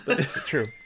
True